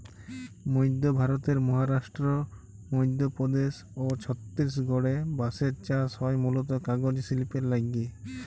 মইধ্য ভারতের মহারাস্ট্র, মইধ্যপদেস অ ছত্তিসগঢ়ে বাঁসের চাস হয় মুলত কাগজ সিল্পের লাগ্যে